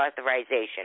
authorization